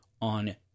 on